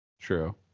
True